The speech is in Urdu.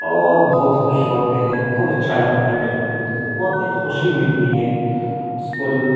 اور بہت خوش ہوتے ہیں بہت اچھا لگتا ہے جب فوٹو کھیچتے ہیں بہت ایک خوشی ملتی ہے اس کل